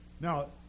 Now